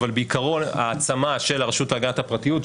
אבל בעיקרון העצמה של הרשות להגנת הפרטיות,